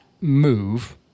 move